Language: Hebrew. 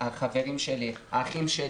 החברים שלי, האחים שלי,